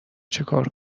چیکار